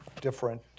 different